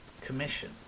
commission